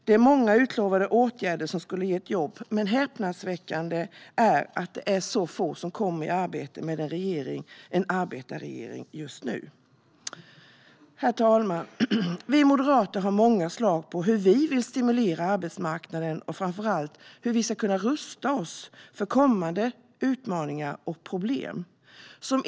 Det är många utlovade åtgärder som skulle ha gett jobb, men det är häpnadsväckande att så få kommer i arbete just nu, med en arbetarregering. Herr talman! Vi moderater har många förslag på hur vi vill stimulera arbetsmarknaden och framför allt hur vi ska kunna rusta oss för kommande utmaningar och problem.